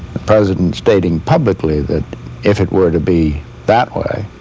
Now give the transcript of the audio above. president stating publicly that if it were to be that way,